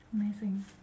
amazing